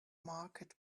market